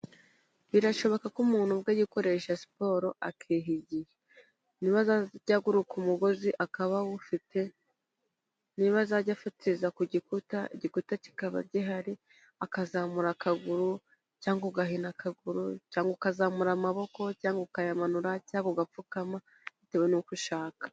Birashoboka ko umuntu ubwe yikoresha siporo akiha igihe, niba azajya ataruka umugozi akaba awufite, niba azajya afatiza ku gikuta igikuta kikaba gihari, akazamura akaguru cyangwa ugahina akaguru cyangwa ukazamura amaboko cyangwa ukayamanura cyangwa ugapfukama bitewe n'uko ushaka.